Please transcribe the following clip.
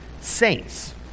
saints